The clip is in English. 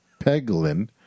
peglin